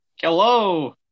Hello